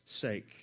sake